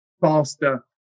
faster